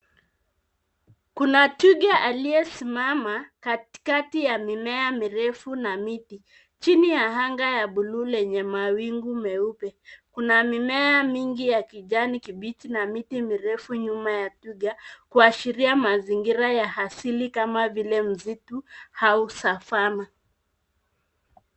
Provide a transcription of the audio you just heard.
Kuna twiga aliyesimama katikati ya mimea mirefu na miti chini ya anga la buluu lenye mawingu meupe. Kuna mimea mingi ya kijani kibichi na miti mirefu nyuma ya twiga kuashiria mazingira ya asili kama vile msitu au Savannah.